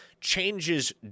changes